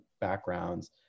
backgrounds